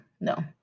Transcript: no